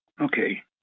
Okay